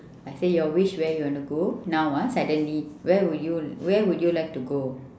I say your wish where you want to go now ah suddenly where would you l~ where would you like to go